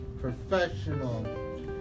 professional